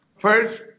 First